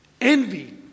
envy